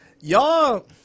Y'all